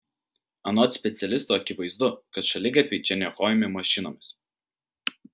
anot specialistų akivaizdu kad šaligatviai čia niokojami mašinomis